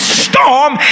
storm